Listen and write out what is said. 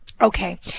Okay